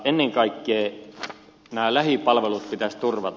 ennen kaikkea lähipalvelut pitäisi turvata